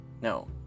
No